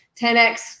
10x